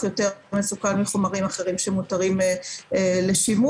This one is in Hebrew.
יותר מסוכן מחומרים אחרים שמותרים לשימוש.